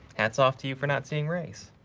hat's off to you for not seeing race.